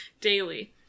daily